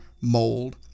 mold